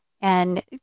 and-